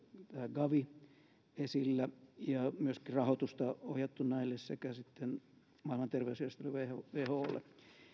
gavi esillä ja on myöskin rahoitusta ohjattu näille sekä sitten maailman terveysjärjestö wholle